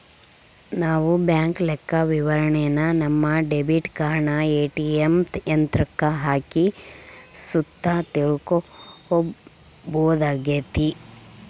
ನಾವು ಬ್ಯಾಂಕ್ ಲೆಕ್ಕವಿವರಣೆನ ನಮ್ಮ ಡೆಬಿಟ್ ಕಾರ್ಡನ ಏ.ಟಿ.ಎಮ್ ಯಂತ್ರುಕ್ಕ ಹಾಕಿ ಸುತ ತಿಳ್ಕಂಬೋದಾಗೆತೆ